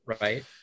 Right